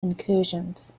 incursions